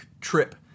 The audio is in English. trip